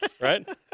Right